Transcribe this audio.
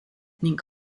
ning